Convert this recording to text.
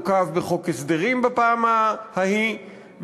בפעם ההיא,